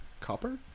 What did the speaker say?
Copper